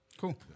Cool